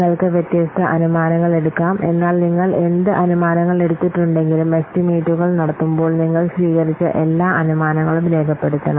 നിങ്ങൾക്ക് വ്യത്യസ്ത അനുമാനങ്ങൾ എടുക്കാം എന്നാൽ നിങ്ങൾ എന്ത് അനുമാനങ്ങൾ എടുത്തിട്ടുണ്ടെങ്കിലും എസ്റ്റിമേറ്റുകൾ നടത്തുമ്പോൾ നിങ്ങൾ സ്വീകരിച്ച എല്ലാ അനുമാനങ്ങളും രേഖപ്പെടുത്തണം